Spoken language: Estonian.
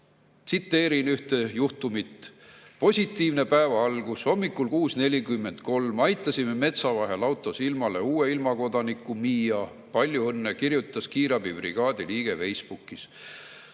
Tsiteerin ühte juhtumit: "Positiivne päeva algus :) Hommikul 6:43 aitasime metsavahel autos ilmale uue ilmakodaniku Mia – palju õnne!" Nii kirjutas kiirabibrigaadi liige Facebookis